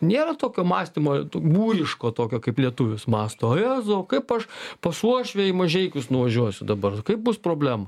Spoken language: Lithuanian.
nėra tokio mąstymo būriško tokio kaip lietuvis mąsto o jėzau kaip aš pas uošvę į mažeikius nuvažiuosiu dabar kaip bus problema